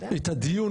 את הדיון,